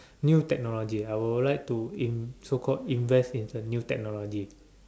new technology I would like to in so called invest in the new technology